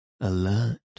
alert